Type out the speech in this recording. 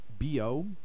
BO